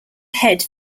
head